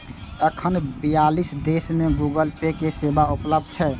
एखन बियालीस देश मे गूगल पे के सेवा उपलब्ध छै